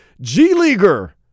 G-Leaguer